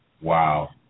Wow